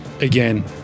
again